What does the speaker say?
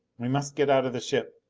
we must get out of the ship.